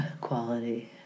quality